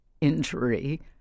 injury